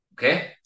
Okay